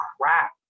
crap